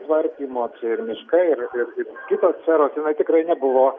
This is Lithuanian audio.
tvarkymo ir miškai ir ir ir kitos sferos jinai tikrai nebuvo